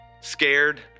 scared